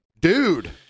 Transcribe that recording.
dude